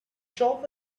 shop